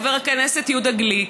חבר הכנסת יהודה גליק,